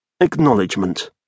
Acknowledgement